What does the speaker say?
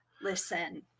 listen